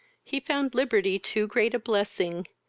he found liberty too great a blessing,